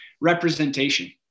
representation